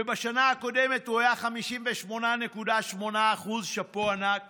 ובשנה הקודמת הוא היה 58.8%; שאפו ענק